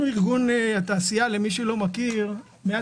אנחנו ארגון התעשייה, 190 חברות.